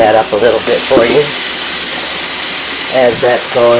that up a little bit